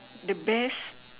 the best